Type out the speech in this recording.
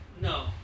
No